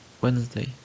Wednesday